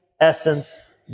essence